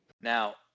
Now